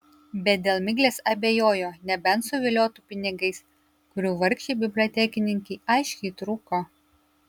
bet dėl miglės abejojo nebent suviliotų pinigais kurių vargšei bibliotekininkei aiškiai trūko